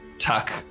Tuck